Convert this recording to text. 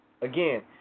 Again